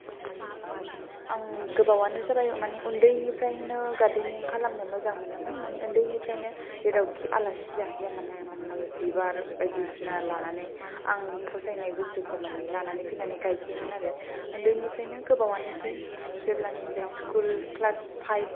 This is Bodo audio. आं गोबावआनो जाबाय मानि उन्दैनिफ्रायनो गार्देनिं खालामनो मोजां मोनोमोन मानि उन्दैनिफ्रायनो जेरावखि आलासि जाहैया मानो मानि बिबार बायदिसिना लानानै आं फसायनाय बुसथुखौ मानि लानानै फैनानै गायफैयोमोन आरो उन्दैनिफ्रायनो गोबावयानोसै जेब्लानिफ्राय स्कुल क्लास फाइब